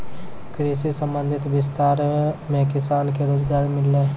कृषि संबंधी विस्तार मे किसान के रोजगार मिल्लै